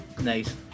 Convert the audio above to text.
nice